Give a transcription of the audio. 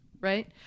Right